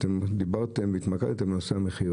אתם דיברתם והתמקדתם בנושא המחיר,